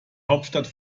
hauptstadt